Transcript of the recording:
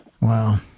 Wow